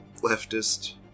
leftist